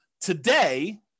Today